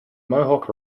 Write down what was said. mohawk